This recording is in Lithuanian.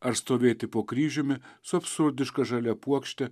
ar stovėti po kryžiumi su absurdiška žalia puokšte